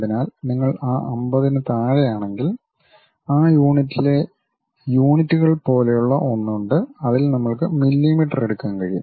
അതിനാൽ നിങ്ങൾ ആ 50 ന് താഴെയാണെങ്കിൽ ആ യൂണിറ്റിലെ യൂണിറ്റുകൾ പോലെയുള്ള ഒന്ന് ഉണ്ട് അതിൽ നമ്മൾക്ക് മില്ലീമീറ്റർ എടുക്കാൻ കഴിയും